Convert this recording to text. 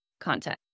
content